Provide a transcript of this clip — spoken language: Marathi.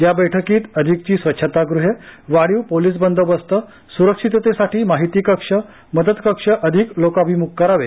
या बैठकीत अधिकची स्वच्छतागृहे वाढीव पोलीस बंदोबस्त सुरक्षिततेसाठी माहिती कक्ष मदत कक्ष अधिक लोकाभिमुख करावे